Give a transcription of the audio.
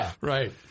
Right